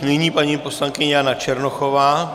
Nyní paní poslankyně Jana Černochová.